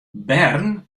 bern